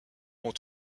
ont